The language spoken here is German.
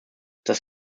das